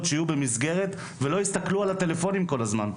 שיהיו במסגרת ולא יסתכלו על הטלפונים כל הזמן.